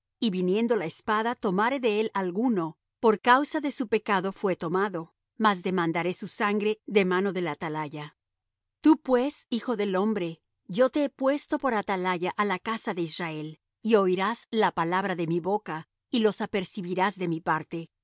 y viniendo la espada tomare de él alguno por causa de su pecado fué tomado mas demandaré su sangre de mano del atalaya tú pues hijo del hombre yo te he puesto por atalaya á la casa de israel y oirás la palabra de mi boca y los apercibirás de mi parte